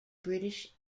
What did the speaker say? british